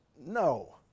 no